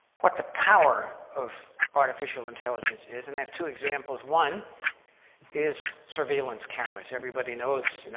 what the power of artificial intelligence is, and i have two examples one is surveillance cameras. everybody knows you know